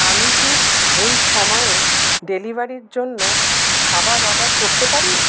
আমি কি এই সময়ে ডেলিভারির জন্য খাবার অর্ডার করতে পারি